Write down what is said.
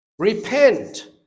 Repent